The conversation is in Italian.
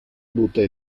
butta